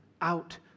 out